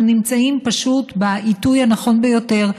אנחנו נמצאים פשוט בעיתוי הנכון ביותר,